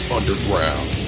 Underground